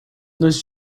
nos